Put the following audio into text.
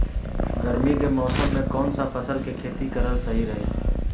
गर्मी के मौषम मे कौन सा फसल के खेती करल सही रही?